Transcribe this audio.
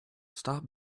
stop